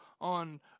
on